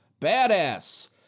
badass